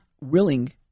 willing